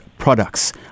products